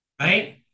Right